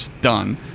done